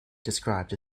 described